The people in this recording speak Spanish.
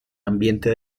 ambiente